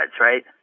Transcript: right